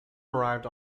arrived